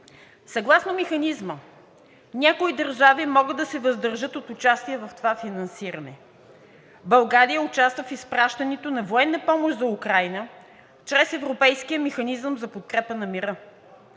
Съгласно механизма някои държави могат да се въздържат от участие в това финансиране. България участва в изпращането на военна помощ за Украйна чрез Европейския механизъм за подкрепа на мира.